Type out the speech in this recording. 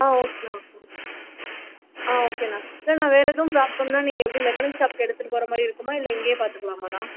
ஆ okay அண்ணா okay அண்ணா ஆ ஓகே அண்ணா இல்ல அண்ணா வேறு எதுவும் ப்ராப்ளம்னா நீங்கள் எப்படி மெக்கானிக் ஷாப்க்கு எடுத்துகிட்டு போகற மாதிரி இருக்குமா இல்லை இங்கேயே பார்த்துக்கலாமாண்ணா